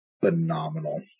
phenomenal